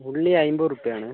ഉള്ളി അമ്പത് രൂപയാണ്